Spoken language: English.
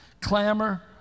Clamor